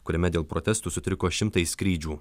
kuriame dėl protestų sutriko šimtai skrydžių